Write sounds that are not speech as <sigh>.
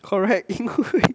correct 因为 <laughs>